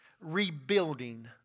rebuilding